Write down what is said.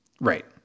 Right